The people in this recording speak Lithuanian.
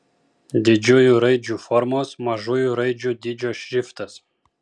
didžiųjų raidžių formos mažųjų raidžių dydžio šriftas